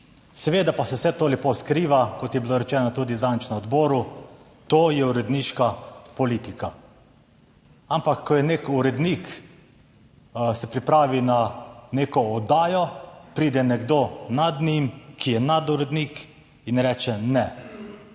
Seveda pa se vse to lepo skriva, kot je bilo rečeno tudi zadnjič na odboru, to je uredniška politika. Ampak ko nek urednik se pripravi na neko oddajo, pride nekdo nad njim, ki je nad urednik, in reče, ne,